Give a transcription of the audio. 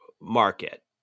market